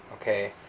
Okay